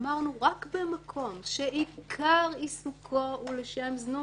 אמרנו שרק במקום שעיקר עיסוקו הוא לשם זנות.